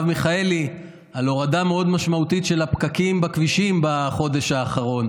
מיכאלי על הורדה מאוד משמעותית של הפקקים בכבישים בחודש האחרון.